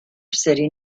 city